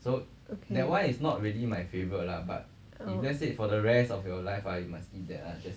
okay ah